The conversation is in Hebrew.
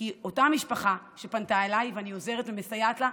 כי אותה משפחה שפנתה אליי ואני עוזרת ומסייעת לה,